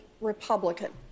Republican